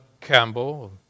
Campbell